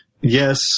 yes